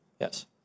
Yes